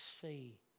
see